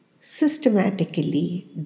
Systematically